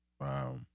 Wow